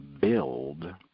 build